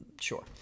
Sure